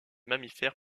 mammifères